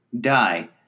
die